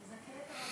תזכה את הרבים.